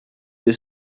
the